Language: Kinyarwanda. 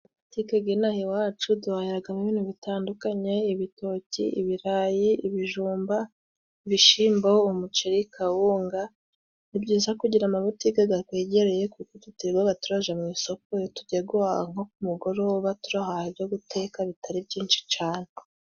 Amabutike g'inaha iwacu duharagamo ibintu bitandukanye: ibitoki, ibirayi, ibijumba, ibishimbo, umuceri, kawunga. Ni byiza kugira amabutike gakwegereye, kuko tutirirwaga turaja mu isoko iyo tugiye guhaha nko ku mugoroba, turahaha ibyo guteka bitari byinshi cyane.